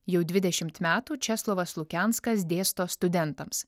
jau dvidešimt metų česlovas lukenskas dėsto studentams